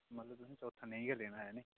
दुक्ख नेईं गै देना